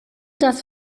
das